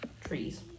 trees